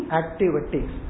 activities